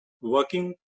working